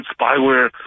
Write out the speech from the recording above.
spyware